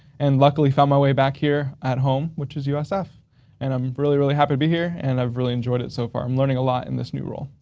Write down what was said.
and luckily, found my way back here at home which is usf and i'm really, really happy to be here and i've really enjoyed it so far. i'm learning a lot in this new role.